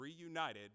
reunited